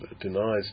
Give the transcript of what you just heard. denies